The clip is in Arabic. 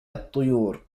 الطيور